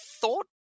thought